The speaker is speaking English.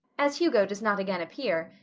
as hugo does not again appear,